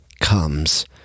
comes